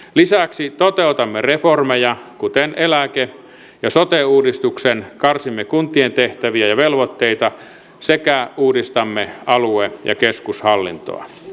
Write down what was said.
lisäksi toteutamme reformeja kuten eläke ja sote uudistuksen karsimme kuntien tehtäviä ja velvoitteita sekä uudistamme alue ja keskushallintoa